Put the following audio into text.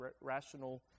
rational